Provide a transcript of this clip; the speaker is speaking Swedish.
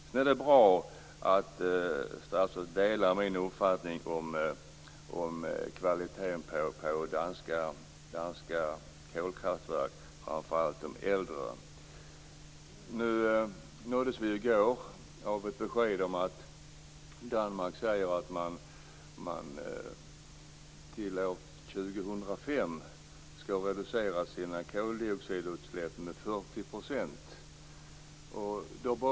Sedan är det bra att statsrådet delar min uppfattning om kvaliteten på danska kolkraftverk, framför allt de äldre. I går nåddes vi av beskedet att Danmark säger att man skall reducera sina koldioxidutsläpp med 40 % till år 2005.